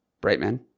Brightman